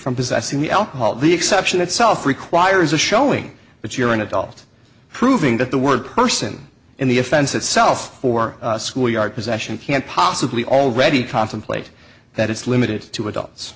from possessing the alcohol the exception itself requires a showing that you're an adult proving that the word person in the offense itself or schoolyard possession can't possibly already contemplate that it's limited to adults